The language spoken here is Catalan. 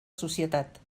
societat